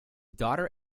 daughter